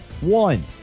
One